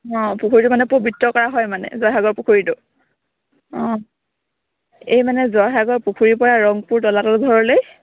অঁ পুখুৰীটো মানে পবিত্ৰ কৰা হয় মানে জয়সাগৰ পুখুৰীটো অঁ এই মানে জয়সাগৰ পুখুৰীৰ পৰা ৰংপুৰ তলাতল ঘৰলৈ